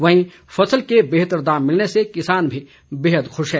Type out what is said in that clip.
वहीं फसल के बेहतर दाम मिलने से किसान भी बेहद खुश हैं